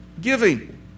giving